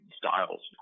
styles